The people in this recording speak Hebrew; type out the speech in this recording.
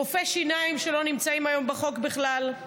רופאי שיניים, שלא נמצאים היום בחוק בכלל,